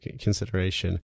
consideration